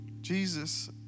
Jesus